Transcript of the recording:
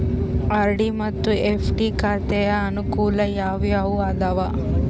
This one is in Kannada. ಆರ್.ಡಿ ಮತ್ತು ಎಫ್.ಡಿ ಖಾತೆಯ ಅನುಕೂಲ ಯಾವುವು ಅದಾವ?